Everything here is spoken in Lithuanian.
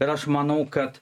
ir aš manau kad